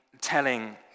telling